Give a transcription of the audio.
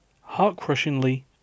heart-crushingly